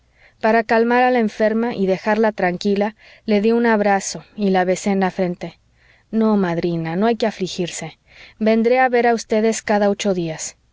para calmar a la enferma y dejarla tranquila le dí un abrazo y la besé en la frente no madrina no hay que afligirse vendré a ver a ustedes cada ocho días